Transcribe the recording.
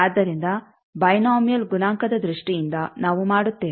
ಆದ್ದರಿಂದ ಬೈನೋಮಿಯಲ್ ಗುಣಾಂಕದ ದೃಷ್ಟಿಯಿಂದ ನಾವು ಮಾಡುತ್ತೇವೆ